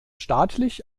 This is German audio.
staatlich